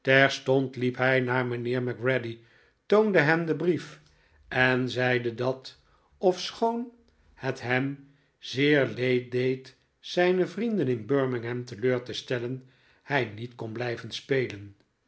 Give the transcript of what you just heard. terstond liep hij naar mijnheer macready toonde hem den brief en zeide dat ofschoon het hem zeer leed deed zijne vrienden in b i rmingham te leur te stellen hij niet kon blijven spelen